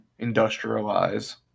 industrialize